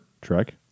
Trek